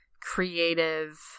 creative